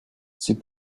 c’est